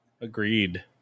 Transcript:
Agreed